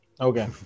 Okay